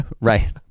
Right